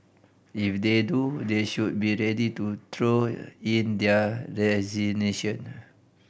if they do they should be ready to throw in their resignation